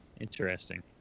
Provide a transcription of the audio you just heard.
Interesting